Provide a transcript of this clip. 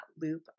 loop